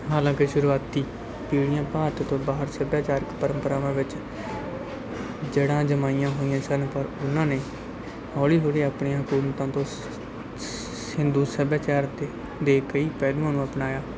ਹਾਲਾਂਕਿ ਸ਼ੁਰੂਆਤੀ ਪੀੜ੍ਹੀਆਂ ਭਾਰਤ ਤੋਂ ਬਾਹਰ ਸੱਭਿਆਚਾਰਕ ਪਰੰਪਰਾਵਾਂ ਵਿੱਚ ਜੜ੍ਹਾਂ ਜਮਾਈਆਂ ਹੋਈਆਂ ਸਨ ਪਰ ਉਨ੍ਹਾਂ ਨੇ ਹੌਲੀ ਹੌਲੀ ਆਪਣੀਆਂ ਹਕੂਮਤਾਂ ਤੋਂ ਹਿੰਦੂ ਸੱਭਿਆਚਾਰ ਦੇ ਦੇ ਕਈ ਪਹਿਲੂਆਂ ਨੂੰ ਅਪਣਾਇਆ